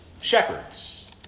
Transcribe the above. shepherds